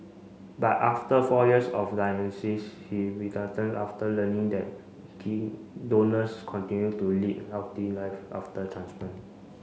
but after four years of he after learning that key donors continue to lead healthy live after transplant